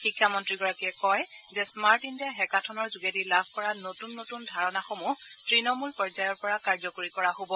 শিক্ষামন্ত্ৰীগৰাকীয়ে কয় যে স্মাৰ্ট ইণ্ডিয়া হেকাথনৰ যোগেদি লাভ কৰা নতুন নতুন ধাৰণাসমূহ তৃণমূল পৰ্যায়ৰ পৰা কাৰ্যকৰী কৰা হব